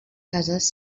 cases